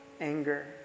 anger